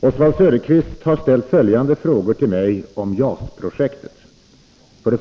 Herr talman! Oswald Söderqvist har ställt följande frågor till mig om JAS-projektet. 2.